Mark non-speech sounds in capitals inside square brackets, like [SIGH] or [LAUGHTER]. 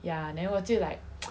ya then 我就 like [NOISE]